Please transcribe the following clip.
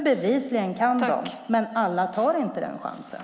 Bevisligen kan de, men alla tar inte den chansen.